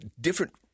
different